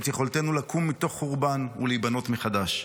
את יכולתנו לקום מתוך חורבן ולהיבנות מחדש.